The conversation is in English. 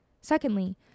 Secondly